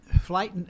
Flight